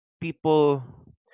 people